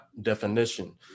definition